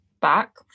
back